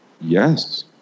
Yes